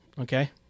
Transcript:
okay